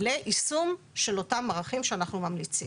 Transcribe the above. ליישום של אותם ערכים שאנחנו ממליצים.